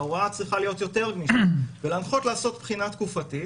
ההוראה צריכה להיות גמישה יותר ולהנחות לעשות בחינה תקופתית.